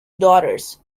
daughters